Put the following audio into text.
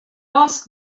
ask